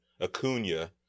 Acuna